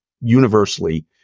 universally